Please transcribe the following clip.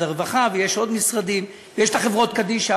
הרווחה ויש עוד משרדים ויש את החברות קדישא,